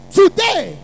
today